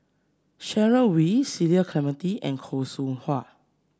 Sharon Wee Cecil Clementi and Khoo Seow Hwa